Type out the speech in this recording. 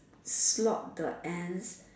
slot the ants